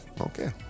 Okay